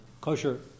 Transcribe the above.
kosher